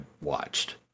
watched